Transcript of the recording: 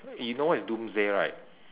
you know what is doomsday right